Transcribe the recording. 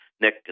Nick